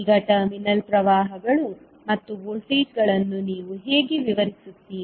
ಈಗ ಟರ್ಮಿನಲ್ ಪ್ರವಾಹಗಳು ಮತ್ತು ವೋಲ್ಟೇಜ್ಗಳನ್ನು ನೀವು ಹೇಗೆ ವಿವರಿಸುತ್ತೀರಿ